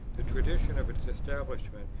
the traditions of its establishment,